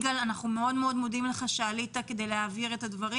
יגאל, אנו מאוד מאוד מודים לך שהבהרת את הדברים.